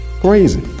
Crazy